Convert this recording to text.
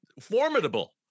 formidable